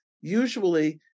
Usually